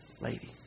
lady